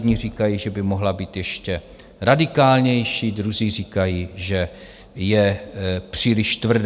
Jedni říkají, že by mohla být ještě radikálnější, druzí říkají, že je příliš tvrdá.